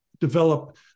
develop